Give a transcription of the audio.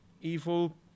evil